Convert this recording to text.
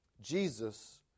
Jesus